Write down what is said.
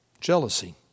Jealousy